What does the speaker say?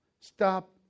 Stop